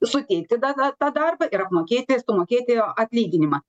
suteikti da ta tą darbą ir apmokėti sumokėti atlyginimą